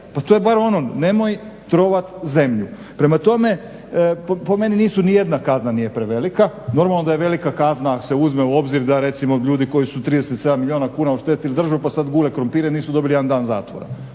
pa to je bar ono nemoj trovati zemlju. Prema tome, po meni nisu, nijedna kazna nije prevelika. Normalno da je velika kazna ako se uzme u obzir da recimo ljudi koji su 37 milijuna oštetili državu pa sada gule krumpire nisu dobili jedan dan zatvora.